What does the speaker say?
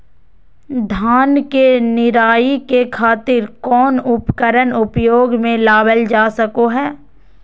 धान के निराई के खातिर कौन उपकरण उपयोग मे लावल जा सको हय?